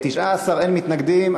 19, אין מתנגדים.